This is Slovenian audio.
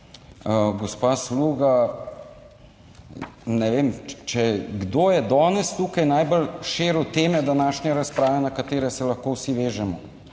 Gospa Sluga, ne vem, če kdo je danes tukaj najbolj širil teme današnje razprave, na katere se lahko vsi vežemo.